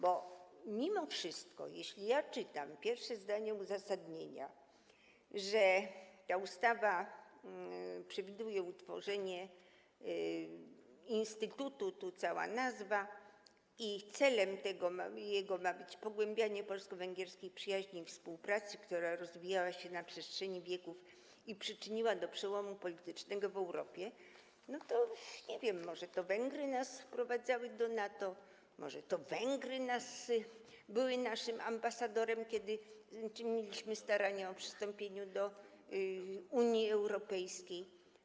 Bo mimo wszystko, jeśli ja czytam w pierwszym zdaniu uzasadnienia, że ta ustawa przewiduje utworzenie instytutu - tu jego cała nazwa - i że celem jego ma być pogłębianie polsko-węgierskiej przyjaźni i współpracy, która rozwijała się na przestrzeni wieków i przyczyniła do przełomu politycznego w Europie, no to nie wiem, może to Węgry nas wprowadzały do NATO, może to Węgry były naszym ambasadorem, kiedy czyniliśmy starania o przystąpienie do Unii Europejskiej?